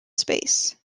space